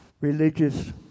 religious